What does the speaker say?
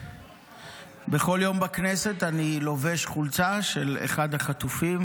בכל יום בכנסת אני לובש חולצה של אחד החטופים